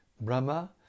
Brahma